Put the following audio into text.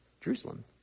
jerusalem